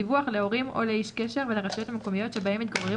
ודיווח להורים או לאיש הקשר ולרשויות המקומיות שבהן מתגוררים